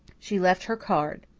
she left her card,